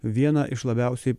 viena iš labiausiai